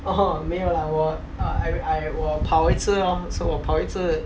(uh huh) 没有啦我 err I I 我跑一次咯 so 我跑一次